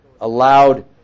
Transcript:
allowed